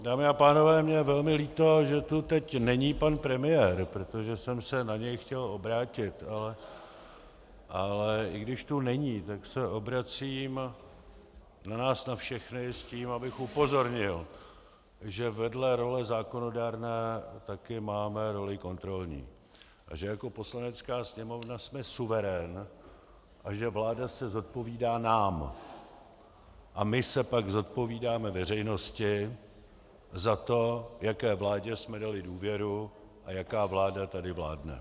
Dámy a pánové, mně je velmi líto, že tu teď není pan premiér, protože jsem se na něj chtěl obrátit, ale i když tu není, tak se obracím na nás na všechny s tím, abych upozornil, že vedle role zákonodárné také máme roli kontrolní a že jako Poslanecká sněmovna jsme suverén a že vláda se zodpovídá nám a my se pak zodpovídáme veřejnosti za to, jaké vládě jsme dali důvěru a jaká vláda tady vládne.